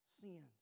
sins